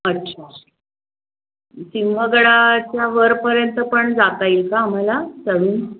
अच्छा सिंहगडाच्या वरपर्यंत पण जाता येईल का आम्हाला चढून